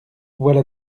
voilà